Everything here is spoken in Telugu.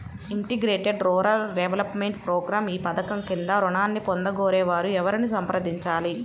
ఇంటిగ్రేటెడ్ రూరల్ డెవలప్మెంట్ ప్రోగ్రాం ఈ పధకం క్రింద ఋణాన్ని పొందగోరే వారు ఎవరిని సంప్రదించాలి?